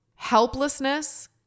Helplessness